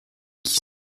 qui